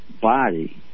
body